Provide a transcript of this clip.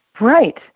Right